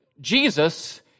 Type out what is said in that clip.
Jesus